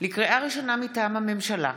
לקריאה ראשונה, מטעם הממשלה: